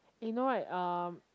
eh you know right um